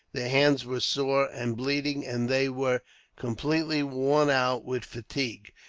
their hands were sore and bleeding, and they were completely worn out with fatigue.